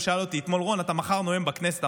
הוא שאל אותי: רון, אתה נואם בכנסת מחר?